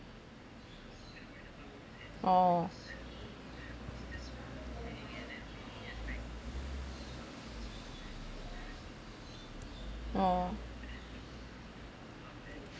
oh oh